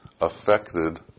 affected